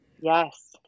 Yes